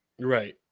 Right